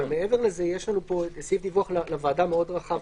אבל מעבר לזה יש לנו פה סעיף דיווח לוועדה מאוד רחב.